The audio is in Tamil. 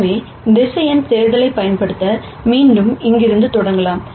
எனவே வெக்டார் சேர்த்தலைப் பயன்படுத்தி மீண்டும் இங்கிருந்து தொடங்கலாம்